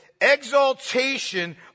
exaltation